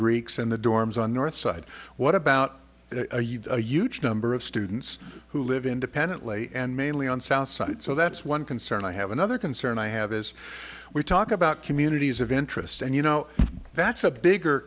greeks in the dorms on north side what about a huge number of students who live independently and mainly on south side so that's one concern i have another concern i have is we talk about communities of interest and you know that's a bigger